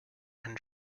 and